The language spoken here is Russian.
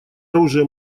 оружия